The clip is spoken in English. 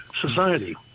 society